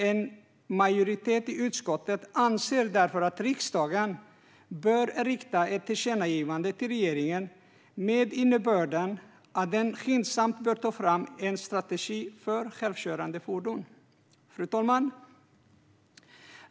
En majoritet i utskottet anser att riksdagen bör rikta ett tillkännagivande till regeringen med innebörden att den skyndsamt bör ta fram en strategi för självkörande fordon. Fru talman!